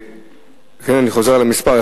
אני חוזר על המספר,